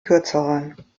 kürzeren